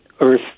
earth